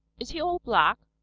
is he all black?